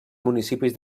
municipis